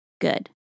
good